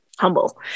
humble